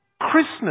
Christmas